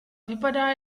vypadá